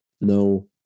no